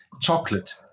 chocolate